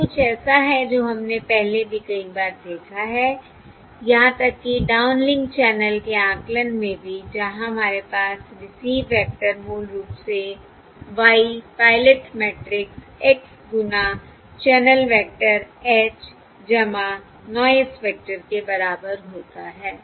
यह कुछ ऐसा है जो हमने पहले भी कई बार देखा है यहां तक कि डाउनलिंक चैनल के आकलन में भी जहां हमरे पास रिसीव वेक्टर मूल रूप से Y पायलट मैट्रिक्स X गुना channel vector H noise vector के बराबर होता है